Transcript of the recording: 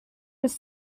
was